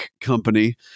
company